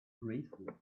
graceful